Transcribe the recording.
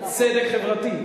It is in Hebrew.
צדק חברתי.